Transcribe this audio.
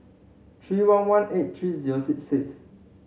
three one one eight three zero six six